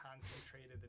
concentrated